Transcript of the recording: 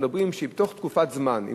אנחנו מדברים שאם תוך תקופת זמן,